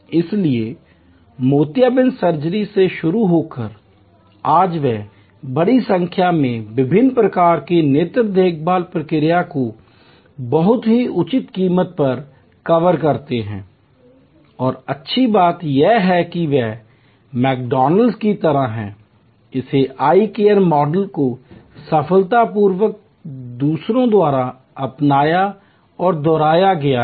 इसलिए मोतियाबिंद सर्जरी से शुरू होकर आज वे बड़ी संख्या में विभिन्न प्रकार की नेत्र देखभाल प्रक्रियाओं को बहुत ही उचित कीमत पर कवर करते हैं और अच्छी बात यह है कि यह मैकडॉनल्ड्स की तरह है इस आई केयर मॉडल को सफलतापूर्वक दूसरों द्वारा अपनाया और दोहराया गया है